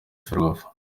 ferwafa